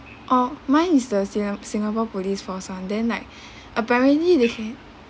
orh mine is the singa~ singapore police force one then like apparently they can